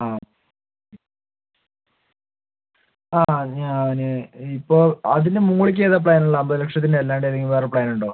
ആ ആ ഞാന് ഇപ്പോൾ അതിന് മുകളിലേക്ക് ഏതാ പ്ലാൻ ഉള്ളെ അമ്പത് ലക്ഷത്തിൻ്റെ അല്ലാണ്ട് ഏതെങ്കിലും വേറെ പ്ലാൻ ഉണ്ടോ